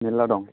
मेरला दं